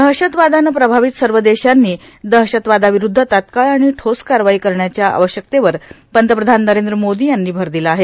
दहशतवादानं प्रभावित सर्व देशांनी दहशतवादाविरूध्द तात्काळ आणि ठोस कारवाई करण्याच्या आवश्यकतेवर पंतप्रधान नरेंद्र मोदी यांनी भर दिला आहे